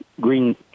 Green